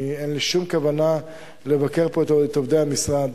אין לי שום כוונה לבקר פה את עובדי המשרד.